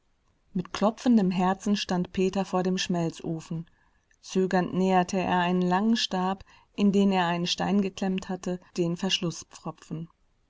mit klopfendem herzen stand peter vor dem schmelzofen zögernd näherte er einen langen stab in den er einen stein geklemmt hatte dem